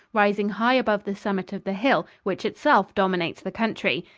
rising high above the summit of the hill, which itself dominates the country,